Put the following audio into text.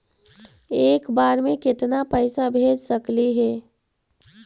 एक बार मे केतना पैसा भेज सकली हे?